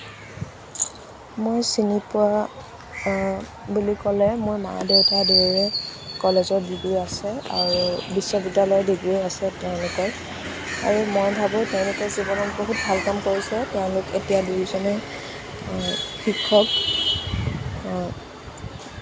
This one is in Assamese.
মই চিনি পোৱা বুলি ক'লে মোৰ মা দেউতা দুয়োৰে কলেজৰ ডিগ্ৰী আছে আৰু বিশ্ববিদ্যালয়ত ডিগ্ৰীও আছে তেওঁলোকৰ আৰু মই ভাবোঁ তেওঁলোকে জীৱনত বহুত ভাল কাম কৰিছে তেওঁলোক এতিয়া দুয়োজনে শিক্ষক